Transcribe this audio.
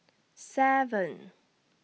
seven